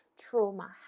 trauma